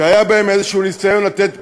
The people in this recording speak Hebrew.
שהיה בהם איזה ניסיון לתת בשורה.